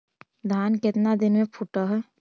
धान केतना दिन में फुट है?